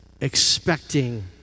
expecting